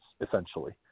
essentially